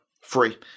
free